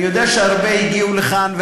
אני יודע שהרבה הגיעו לכאן,